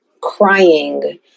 crying